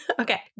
Okay